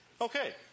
Okay